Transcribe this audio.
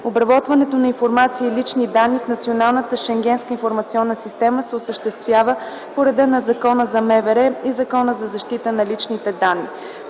Обработването на информация и лични данни в Националната Шенгенска информационна система се осъществява по реда на Закона за МВР и Закона за защита на личните данни.